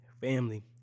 family